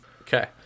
Okay